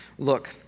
Look